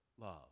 love